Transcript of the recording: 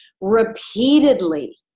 repeatedly